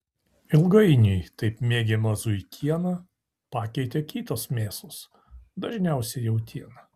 ilgainiui taip mėgiamą zuikieną pakeitė kitos mėsos dažniausiai jautiena